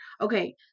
Okay